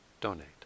donate